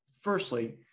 firstly